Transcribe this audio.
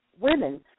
women